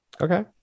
Okay